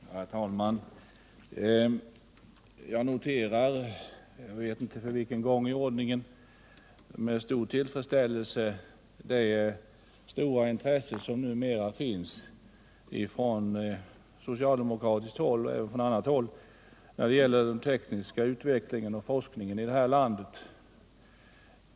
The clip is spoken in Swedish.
Herr talman! Jag noterar — jag vet inte för vilken gång i ordningen — med stor tillfredsställelse det stora intresse som numera finns från socialdemokratiskt håll håll när det gäller den tekniska utvecklingen och forskningen här i landet.